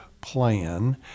plan